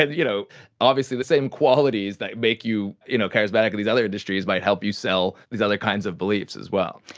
and you know obviously the same qualities that make you you know charismatic in these other industries might help you sell these other kinds of beliefs as well.